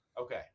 Okay